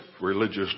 religious